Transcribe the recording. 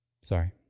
sorry